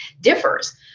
differs